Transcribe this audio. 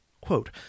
quote